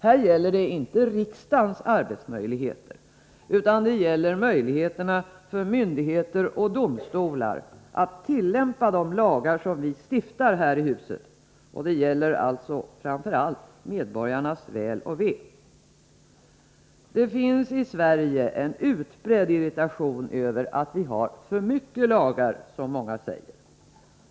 Här gäller det inte riksdagens arbetsmöjligheter, utan det gäller möjligheterna för myndigheter och domstolar att tillämpa de lagar som vi stiftar här i riksdagshuset, och det gäller alltså framför allt medborgarnas väl och ve. Det finns i Sverige en utbredd irritation över att vi har för mycket lagar, som många säger.